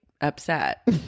upset